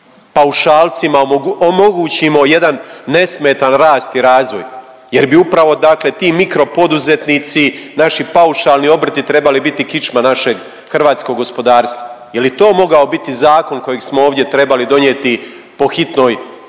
paušalcima omogućimo jedan nesmetan rast i razvoj jer bi upravo ti mikropoduzetnici, naši paušalni obrti trebali biti kičma našeg hrvatskog gospodarstva. Je li to mogao biti zakon kojeg smo ovdje trebali donijeti po hitnoj